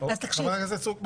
חברת הכנסת סטרוק,